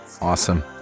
Awesome